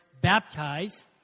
baptize